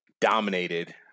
dominated